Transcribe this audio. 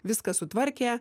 viską sutvarkė